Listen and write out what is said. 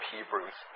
Hebrews